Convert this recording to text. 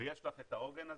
ויש לך את העוגן הזה,